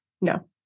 No